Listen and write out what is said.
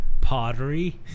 pottery